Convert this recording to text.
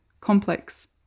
complex